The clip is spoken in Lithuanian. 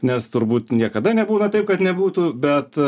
nes turbūt niekada nebūna taip kad nebūtų bet